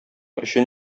өчен